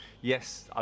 Yes